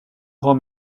grand